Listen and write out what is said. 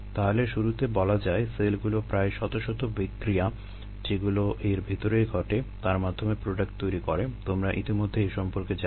তাহলে শুরুতে বলা যায় সেলগুলো প্রায় শত শত বিক্রিয়া যেগুলো এর ভেতরেই ঘটে তার মাধ্যমে প্রোডাক্ট তৈরি করে তোমরা ইতিমধ্যে এ সম্পর্কে জানো